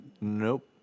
Nope